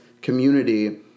community